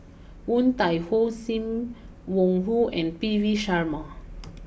Woon Tai Ho Sim Wong Hoo and P V Sharma